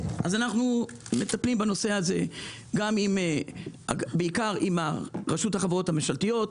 אנחנו מטפלים בנושא הזה בעיקר עם רשות החברות הממשלתיות,